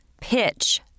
Pitch